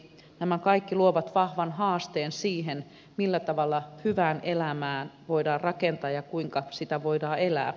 nämä kaikki luovat vahvan haasteen sille millä tavalla hyvää elämää voidaan rakentaa ja kuinka sitä voidaan elää